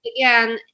Again